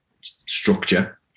structure